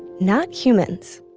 not humans.